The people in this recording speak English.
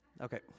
Okay